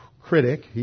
critic